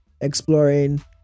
exploring